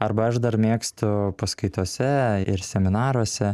arba aš dar mėgstu paskaitose ir seminaruose